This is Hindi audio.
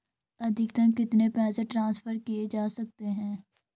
अधिकतम कितने पैसे ट्रांसफर किये जा सकते हैं?